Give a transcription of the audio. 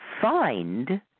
find